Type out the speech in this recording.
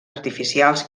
artificials